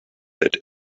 that